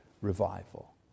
revival